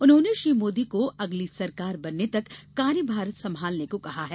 उन्होंने श्री मोदी को अगली सरकार बनने तक कार्यभार संभालने को कहा है